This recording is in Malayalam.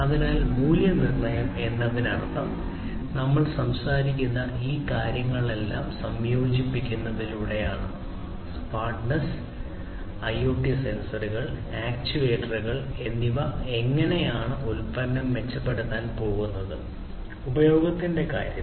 അതിനാൽ മൂല്യനിർണ്ണയം എന്നതിനർത്ഥം നമ്മൾ സംസാരിക്കുന്ന ഈ കാര്യങ്ങളെല്ലാം സംയോജിപ്പിക്കുന്നതിലൂടെയാണ് സ്മാർട്ട്നെസ് ഐഒടി സെൻസറുകൾ ആക്റ്റുവേറ്ററുകൾ എന്നിവ എങ്ങനെയാണ് ഉൽപ്പന്നം മെച്ചപ്പെടുത്താൻ പോകുന്നത് ഉപയോഗത്തിന്റെ കാര്യത്തിൽ